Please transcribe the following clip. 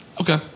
okay